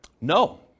No